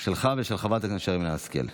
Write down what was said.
שלך ושל חברת הכנסת שרן השכל.